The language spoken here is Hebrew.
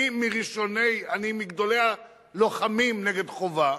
אני מגדולי הלוחמים נגד חובה.